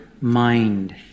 mind